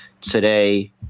today